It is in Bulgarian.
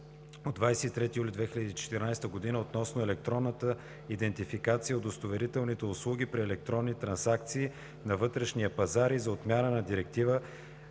от 23 юли 2014 година относно електронната идентификация и удостоверителните услуги при електронни трансакции на вътрешния пазар и за отмяна на Директива